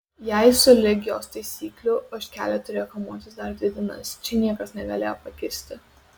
jei sulig jos taisyklių ožkelė turėjo kamuotis dar dvi dienas čia niekas negalėjo pakisti